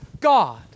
God